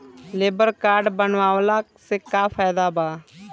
Labour card बनवाला से का फायदा बा?